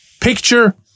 Picture